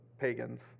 pagans